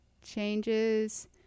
changes